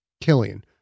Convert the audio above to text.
Killian